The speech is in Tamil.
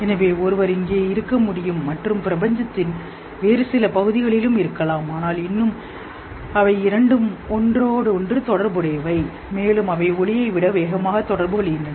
எனவே ஒன்று இங்கே இருக்க முடியும் மற்றும் பிரபஞ்சத்தின் வேறு சில பகுதிகள் இருக்கலாம் ஆனால் இன்னும்இரண்டும் இருக்கும் அவை அவை ஒன்றோடொன்று தொடர்புடையவை மேலும் அவை ஒளியை விட வேகமாக தொடர்பு கொள்கின்றன